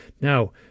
Now